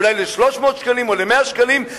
אולי ל-300 שקלים או ל-100 שקלים,